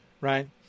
Right